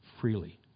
freely